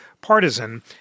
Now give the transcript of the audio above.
partisan